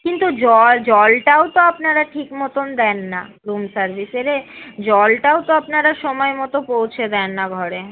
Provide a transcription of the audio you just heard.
কিন্তু জল জলটাও তো আপনারা ঠিকমতন দেন না রুম সার্ভিসের জলটাও তো আপনারা সময়মতো পৌঁছে দেন না ঘরে